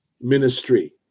ministry